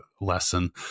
lesson